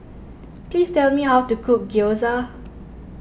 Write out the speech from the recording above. please tell me how to cook Gyoza